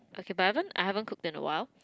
okay but I haven't I haven't cooked in a while